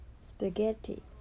Spaghetti